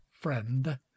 friend